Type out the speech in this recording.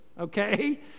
okay